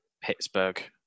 Pittsburgh